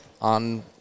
on